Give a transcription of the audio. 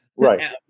Right